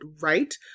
right